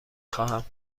خواهم